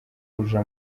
kuja